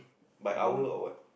by hour or what